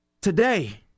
today